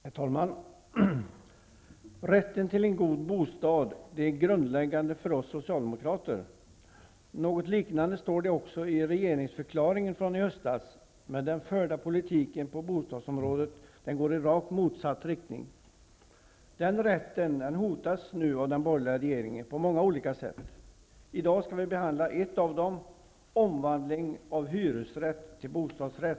Herr talman! Rätten till en god bostad är grundläggande för oss socialdemokrater. Något liknande står också i regeringsförklaringen från i höstas, men den förda politiken på bostadsområdet går i rakt motsatt riktning. Den rätten hotas nu av den borgerliga regeringen på många olika sätt. I dag skall vi behandla ett av dem, omvandling av hyresrätt till bostadsrätt.